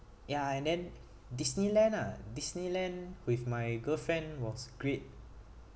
ya and then disneyland ah disneyland with my girlfriend was great